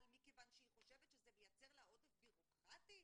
מכוון שהיא חושבת שזה מייצר לה עודף בירוקראטי?